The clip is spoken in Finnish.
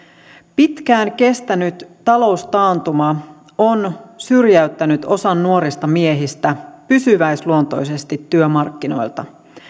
pitkään kestänyt taloustaantuma on syrjäyttänyt osan nuorista miehistä pysyväisluonteisesti työmarkkinoilta